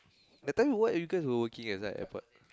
that time what are you guys were working as ah at airport